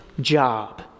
job